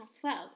twelve